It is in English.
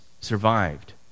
survived